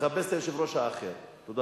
לא נתתי שיפריעו לך,